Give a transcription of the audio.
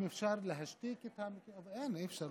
אם אפשר להשתיק את, אי-אפשר.